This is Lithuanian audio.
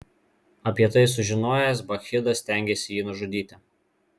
apie tai sužinojęs bakchidas stengėsi jį nužudyti